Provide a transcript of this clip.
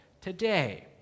today